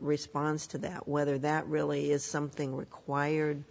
response to that whether that really is something required